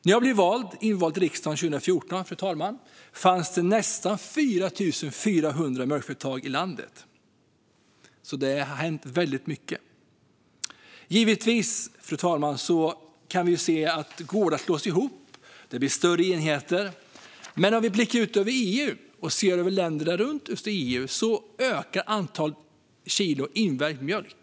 När jag blev invald i riksdagen 2014, fru talman, fanns det nästan 4 400 mjölkföretag i landet. Det har alltså hänt väldigt mycket. Givetvis slås gårdar ihop, och enheterna blir större. Men blickar man ut över EU och även tittar på länder runt EU kan man se att antalet kilo invägd mjölk ökar.